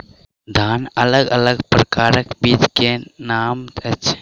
धान अलग अलग प्रकारक बीज केँ की नाम अछि?